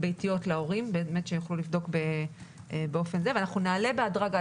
ביתיות להורים כדי שיוכלו לבדוק ואנחנו נעלה בהדרגה.